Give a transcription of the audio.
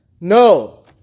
No